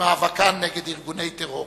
במאבקן נגד ארגוני הטרור.